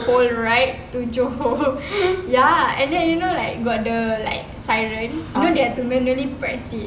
whole ride to johor ya and then you know like got the like siren you know you have to manually press it